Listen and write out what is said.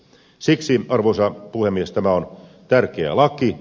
siksi arvoisa puhemies tämä on tärkeä laki